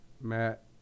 Matt